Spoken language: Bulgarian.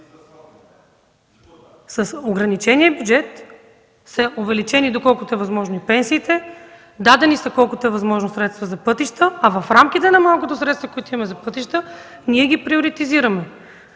С ограничения бюджет са увеличени, доколкото е възможно, пенсиите, дадени са колкото е възможно средства за пътища, а в рамките на малкото средства, които имаме за пътища, ние ги приоритизираме.